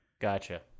Gotcha